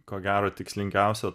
ko gero tikslingiausia